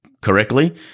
correctly